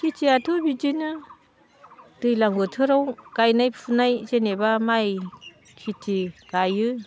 खेथियाथ' बिदिनो दैज्लां बोथोराव गायनाय फुनाय जेनेबा माइ खेथि गायो